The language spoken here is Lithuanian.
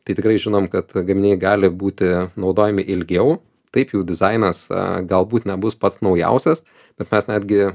tai tikrai žinom kad gaminiai gali būti naudojami ilgiau taip jų dizainas galbūt nebus pats naujausias bet mes netgi